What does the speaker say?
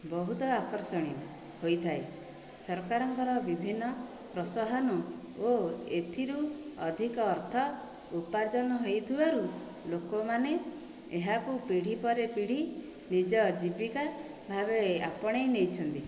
ବହୁତ ଆକର୍ଷଣୀୟ ହୋଇଥାଏ ସରକାରଙ୍କର ବିଭିନ୍ନ ପ୍ରୋତ୍ସାହନ ଓ ଏଥିରୁ ଅଧିକ ଅର୍ଥ ଉପାର୍ଜନ ହୋଇଥିବାରୁ ଲୋକମାନେ ଏହାକୁ ପିଢ଼ି ପରେ ପିଢ଼ି ନିଜ ଜୀବିକା ଭାବେ ଆପଣାଇ ନେଇଛନ୍ତି